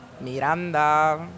Miranda